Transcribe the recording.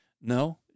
No